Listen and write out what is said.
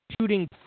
shooting